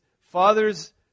father's